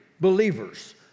believers